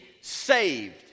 saved